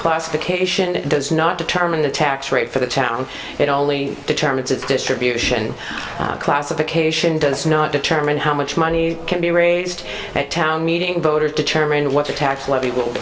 classification it does not determine the tax rate for the town it only determines its distribution classification does not determine how much money can be raised at town meeting voters determine what the tax levy